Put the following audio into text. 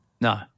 no